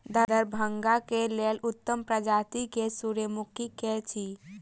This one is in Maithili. दरभंगा केँ लेल उत्तम प्रजाति केँ सूर्यमुखी केँ अछि?